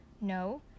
No